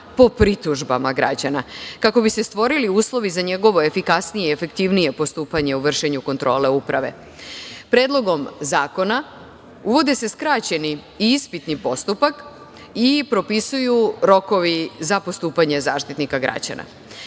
po pritužbama građana, kako bi se stvorili uslovi za njegovo efikasnije i efektivnije postupanje u vršenju kontrole uprave. Predlogom zakona uvode se skraćeni i ispitni postupak i propisuju rokovi za postupanje Zaštitnika građana.